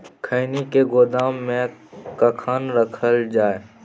खैनी के गोदाम में कखन रखल जाय?